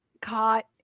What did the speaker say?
caught